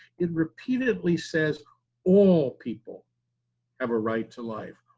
it repeatedly says all people have a right to life.